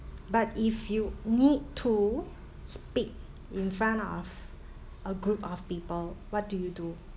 but if you need to speak in front of a group of people what do you do